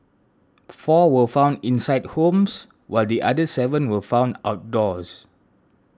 four were found inside homes while the other seven were found outdoors